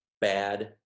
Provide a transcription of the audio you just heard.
bad